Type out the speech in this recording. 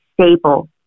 stable